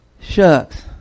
Shucks